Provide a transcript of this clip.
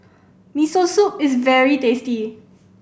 Miso Soup is very tasty